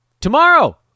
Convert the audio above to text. Tomorrow